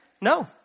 no